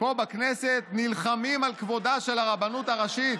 פה בכנסת נלחמים על כבודה של הרבנות הראשית,